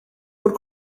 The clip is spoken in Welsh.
fod